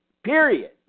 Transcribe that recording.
Period